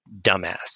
dumbass